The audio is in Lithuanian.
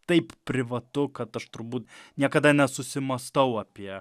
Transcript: taip privatu kad aš turbūt niekada nesusimąstau apie